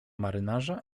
marynarza